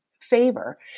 favor